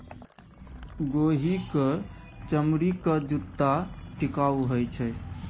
गोहि क चमड़ीक जूत्ता टिकाउ होए छै